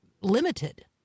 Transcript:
limited